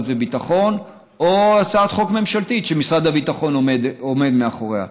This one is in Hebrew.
והיטחון או כהצעת חוק ממשלתית שמשרד הביטחון עומד מאחוריה.